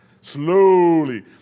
Slowly